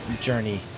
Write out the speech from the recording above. journey